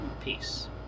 peace